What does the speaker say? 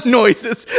noises